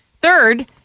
Third